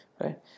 right